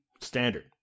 Standard